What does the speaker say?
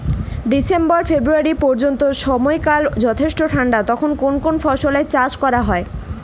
December February পর্যন্ত সময়কাল যথেষ্ট ঠান্ডা তখন কোন কোন ফসলের চাষ করা হয়?